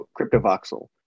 CryptoVoxel